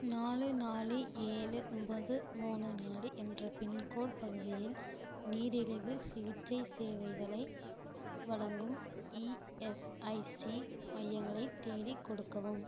நாலு நாலு ஏழு ஒன்போது மூணு நாலு என்ற பின்கோட் பகுதியில் நீரிழிவு சிகிச்சை சேவைகளை வழங்கும் இஎஸ்ஐசி மையங்களை தேடிக் கொடுக்கவும்